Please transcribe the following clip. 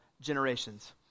generations